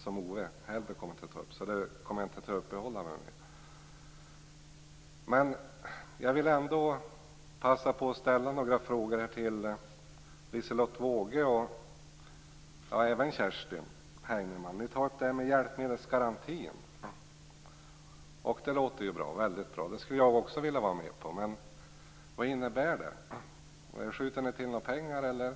Därför uppehåller jag mig inte vid de frågorna. Jag vill passa på att ställa några frågor till Liselotte Wågö och Kerstin Heinemann. Ni tar upp bl.a. hjälpmedelsgarantin. Det låter väldigt bra, och det skulle jag också vilja vara med på. Men vad innebär det? Skjuter ni till några pengar till det